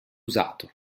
usato